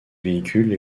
véhicules